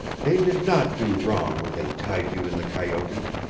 they did not do wrong when they tied you in the coyote.